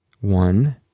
one